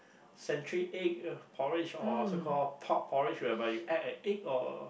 century egg porridge or so call pork porridge whereby you add a egg or